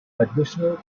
additional